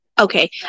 Okay